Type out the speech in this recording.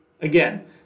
Again